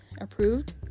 approved